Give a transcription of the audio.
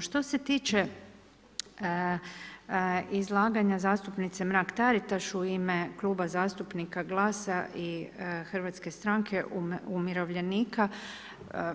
Što se tiče izlaganja zastupnice Mrak Taritaš u ime Kluba zastupnika GLAS-a i HSU-a,